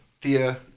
Thea